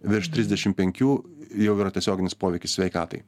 virš trisdešimt penkių jau yra tiesioginis poveikis sveikatai